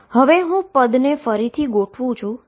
હવે હું ટર્મને ફરીથી ગોઠવુ છું